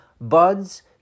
buds